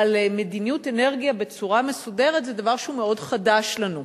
על מדיניות אנרגיה בצורה מסודרת זה דבר שהוא מאוד חדש לנו.